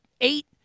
eight